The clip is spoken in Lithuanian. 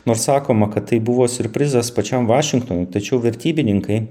nors sakoma kad tai buvo siurprizas pačiam vašingtonui tačiau vertybininkai